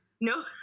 No